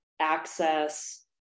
access